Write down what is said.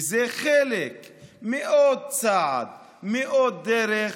זה חלק מעוד צעד, מעוד דרך,